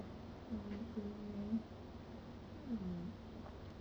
oh ya hor I never thought of that leh resume